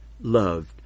loved